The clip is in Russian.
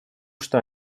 что